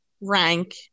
rank